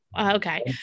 Okay